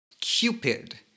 Cupid